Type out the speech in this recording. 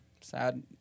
sad